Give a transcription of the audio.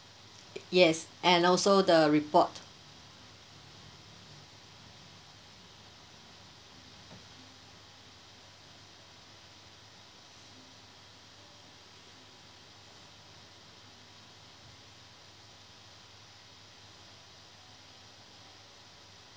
yes and also the report